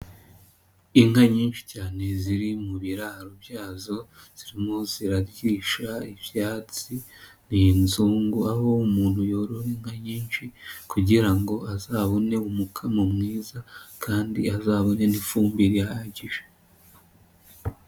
Inka nyinshi cyane ziri mu biraro byazo zirimo zirarisha ibyatsi ni inzungu, aho umuntu yorora inka nyinshi kugira ngo azabone umukamo mwiza kandi azabone n'ifumbire ihagije.